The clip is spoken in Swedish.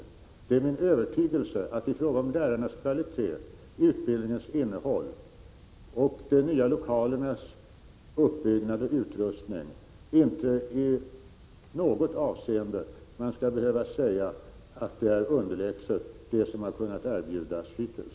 Det är min övertygelse att man i fråga om lärarnas kvalitet, utbildningens innehåll och de nya lokalernas uppbyggnad och utrustning inte i något avseende skall behöva säga att de nya förhållandena är underlägsna dem som har kunnat erbjudas hittills.